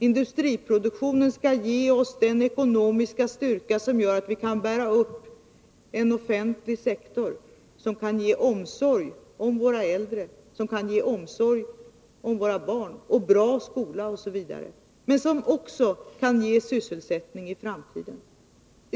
Industriproduktionen skall ge oss den ekonomiska styrka som gör att vi kan bära upp en offentlig sektor som kan ge omsorg om våra äldre, omsorg om våra barn, bra skola osv. men som också kan ge sysselsättning i framtiden.